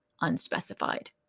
unspecified